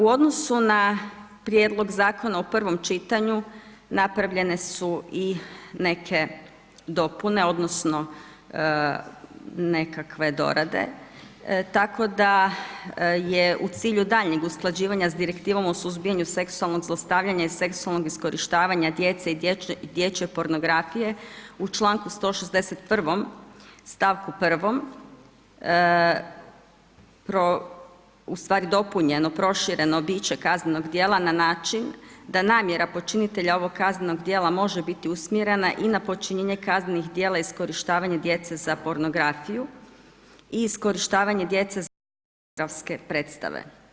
U odnosu na prijedlog zakona u prvom čitanju napravljene su i neke dopune, odnosno nekakve dorade, tako da je u cilju daljnjeg usklađivanja sa Direktivom o suzbijanju seksualnog zlostavljanja i seksualnog iskorištavanja djece i dječje pornografije u članku 161. stavku 1. ustvari dopunjeno, prošireno biće kaznenog djela na način da namjera počinitelja ovog kaznenog djela može biti usmjerena i na počinjenje kaznenih djela iskorištavanja djece za pornografiju i iskorištavanje djece za pornografske predstave.